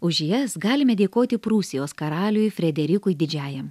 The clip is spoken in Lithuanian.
už jas galime dėkoti prūsijos karaliui frederikui didžiajam